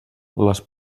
les